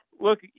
look